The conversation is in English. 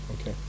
Okay